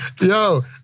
Yo